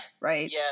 right